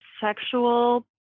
sexual